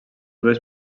dues